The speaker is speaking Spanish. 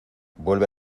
vuelve